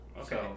Okay